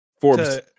Forbes